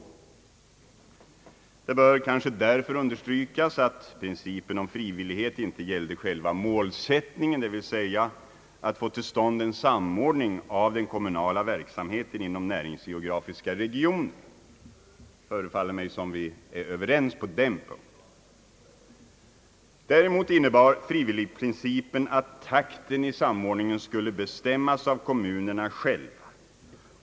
Därför bör det kanske understrykas att principen om frivillighet inte gällde själva Däremot innebar frivillighetsprincipen att takten i samordningen skulle bestämmas av kommunerna själva.